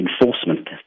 enforcement